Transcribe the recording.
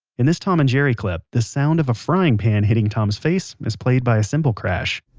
in this tom and jerry clip, the sound of a frying pan hitting tom's face is played by a cymbal crash